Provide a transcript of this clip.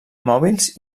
mòbils